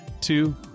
two